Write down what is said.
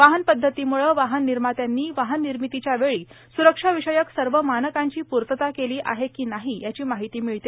वाहन पद्धतीम्ळे वाहन निर्मात्यांनी वाहन निर्मितीच्यावेळी सुरक्षाविषयक सर्व मानकांची पूर्तता केली आहे की नाही याची माहिती मिळते